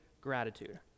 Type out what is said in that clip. gratitude